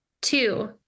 Two